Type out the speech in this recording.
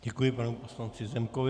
Děkuji panu poslanci Zemkovi.